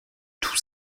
tout